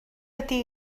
ydy